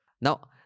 Now